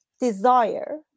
desire